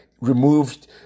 removed